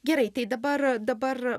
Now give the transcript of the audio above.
gerai tai dabar dabar